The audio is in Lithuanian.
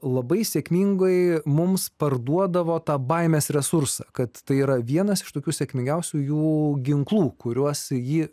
labai sėkmingai mums parduodavo tą baimės resursų kad tai yra vienas iš tokių sėkmingiausiųjų ginklų kuriuos ji